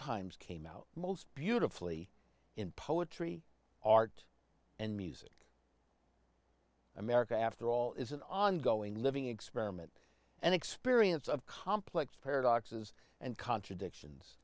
times came out most beautifully in poetry art and music america after all is an ongoing living experiment an experience of complex paradoxes and contradictions